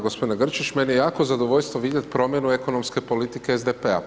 Gospodine Grčić, meni je jako zadovoljstvo vidjeti promjenu ekonomske politike SDP-a.